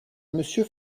monsieur